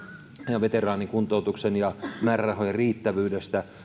ja veteraanikuntoutuksen ja määrärahojen riittävyydestä